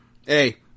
Hey